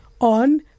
on